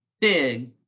big